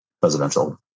presidential